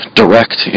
direct